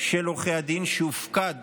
של עורכי הדין, שהופקד